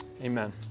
Amen